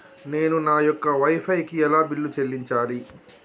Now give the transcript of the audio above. నేను నా యొక్క వై ఫై కి ఎలా బిల్లు చెల్లించాలి?